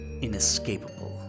inescapable